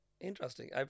Interesting